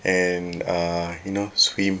and uh you know swim